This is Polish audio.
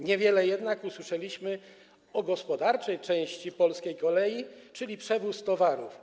Niewiele jednak usłyszeliśmy o gospodarczej części polskiej kolei, czyli o przewozie towarów.